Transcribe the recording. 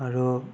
আৰু